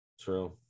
true